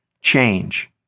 change